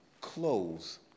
close